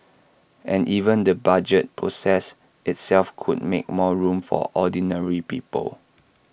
and even the budget process itself could make more room for ordinary people